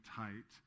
tight